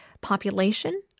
population